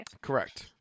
Correct